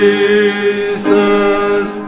Jesus